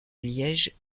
liège